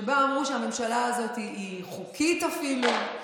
שבו אמרו שהממשלה הזאת היא חוקית אפילו.